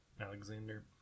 Alexander